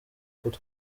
kuko